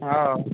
हाँ